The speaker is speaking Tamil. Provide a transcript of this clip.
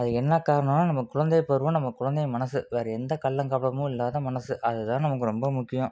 அதுக்கு என்ன காரணனா நம்ம குழந்தை பருவம் நம்ம குழந்தை மனசு வேறு எந்த கள்ளக் கபடமும் இல்லாத மனசு அதுதான் நமக்கு ரொம்ப முக்கியம்